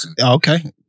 Okay